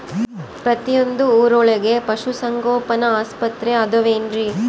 ಪ್ರತಿಯೊಂದು ಊರೊಳಗೆ ಪಶುಸಂಗೋಪನೆ ಆಸ್ಪತ್ರೆ ಅದವೇನ್ರಿ?